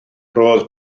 roedd